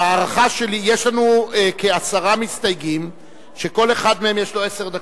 ההערכה שלי: יש לנו כעשרה מסתייגים שלכל אחד מהם יש עשר דקות,